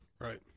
right